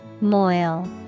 Moil